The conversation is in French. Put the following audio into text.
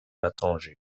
l’étranger